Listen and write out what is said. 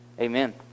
Amen